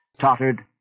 tottered